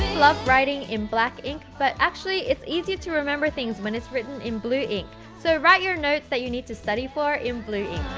love writing in black ink, but actually, it's easier to remember things when it's written in blue ink, so write your notes you need to study for in blue ink!